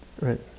Right